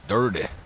Dirty